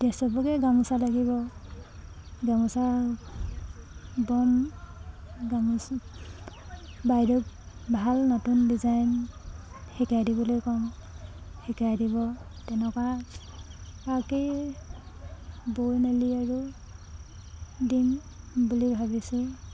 এতিয়া চবকে গামোচা লাগিব গামোচা বম গামোচা বাইদেউ ভাল নতুন ডিজাইন শিকাই দিবলৈ ক'ম শিকাই দিব তেনেকুৱাকে বৈ মেলি আৰু দিম বুলি ভাবিছোঁ